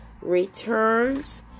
returns